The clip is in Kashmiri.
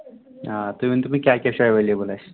آ تُہۍ ؤنۍتو مےٚ کیٛاہ کیٛاہ چھُ اٮ۪ویلیبٕل اَسہِ